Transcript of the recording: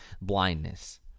blindness